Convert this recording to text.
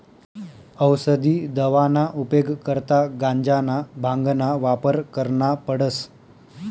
औसदी दवाना उपेग करता गांजाना, भांगना वापर करना पडस